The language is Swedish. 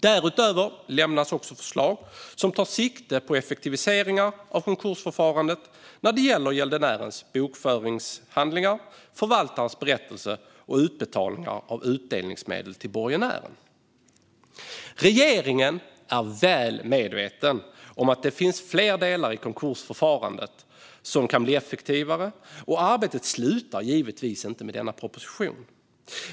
Därutöver lämnas också förslag som tar sikte på effektiviseringar av konkursförfarandet när det gäller gäldenärens bokföringshandlingar, förvaltarens berättelser och utbetalningar av utdelningsmedel till borgenärerna. Regeringen är väl medveten om att det finns fler delar i konkursförfarandet som kan bli effektivare, och arbetet slutar givetvis inte med denna proposition.